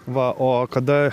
va o kada